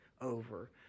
over